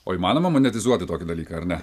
o įmanoma monetizuoti tokį dalyką ar ne